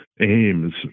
aims